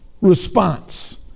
response